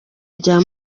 rya